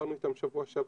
שדיברנו איתם בשבוע שעבר,